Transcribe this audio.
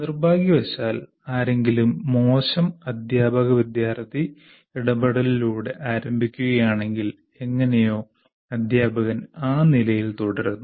നിർഭാഗ്യവശാൽ ആരെങ്കിലും മോശം അധ്യാപക വിദ്യാർത്ഥി ഇടപെടലിലൂടെ ആരംഭിക്കുകയാണെങ്കിൽ എങ്ങനെയോ അധ്യാപകൻ ആ നിലയിൽ തുടരുന്നു